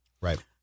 Right